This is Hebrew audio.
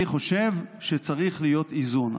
אני חושב שצריך להיות איזון.